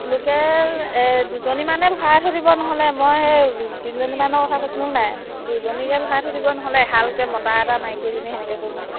local এই দুজনীমানে ভৰাই থৈ দিব নহ'লে মই সেই তিনিজনীমানৰ কথা কৈছিলোনো দুজনীকে ভৰাই থৈ দিব নহ'লে এহালকৈ মতা এটা মাইকী এজনী তেনেকৈ কৰি পিনাই